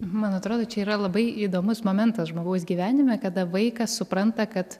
man atrodo čia yra labai įdomus momentas žmogaus gyvenime kada vaikas supranta kad